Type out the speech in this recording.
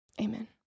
amen